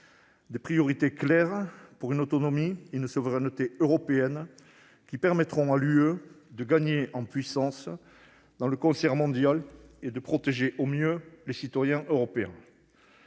des priorités claires pour une autonomie et une souveraineté européennes qui permettront à l'Union de gagner en puissance dans le concert mondial et de protéger au mieux les citoyens européens.